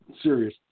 serious